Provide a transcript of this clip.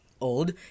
old